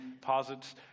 posits